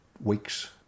weeks